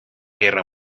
guerra